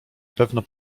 pewno